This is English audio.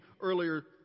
earlier